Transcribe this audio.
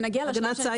הגנת סייבר.